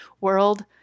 world